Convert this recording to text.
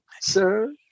sir